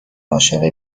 عاشق